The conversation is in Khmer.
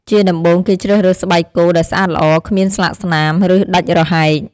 ជាដំបូង គេជ្រើសរើសស្បែកគោដែលស្អាតល្អ គ្មានស្លាកស្នាម ឬដាច់រហែក។